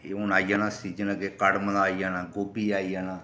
ते हून आई जाना सीजन अग्गें कड़म दा आई जाना गोभी दा आई जाना